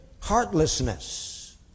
heartlessness